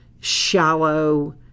shallow